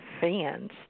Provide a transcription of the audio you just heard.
fans